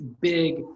big